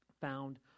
found